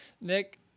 Nick